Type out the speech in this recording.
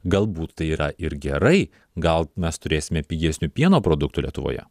galbūt tai yra ir gerai gal mes turėsime pigesnių pieno produktų lietuvoje